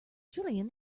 julian